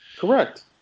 Correct